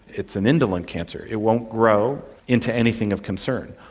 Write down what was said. it's an indolent cancer. it won't grow into anything of concern,